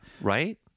Right